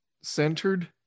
centered